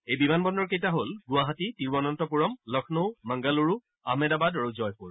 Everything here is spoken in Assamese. এই বিমান বন্দৰ কেইটা হল গুৱাহাটী তিৰুৱনন্তপুৰম লক্ষ্ণৌ মাংগালুৰু আমহেদাবাদ আৰু জয়পুৰ